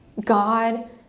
God